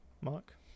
Mark